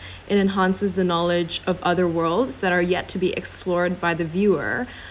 it enhances the knowledge of other worlds that are yet to be explored by the viewer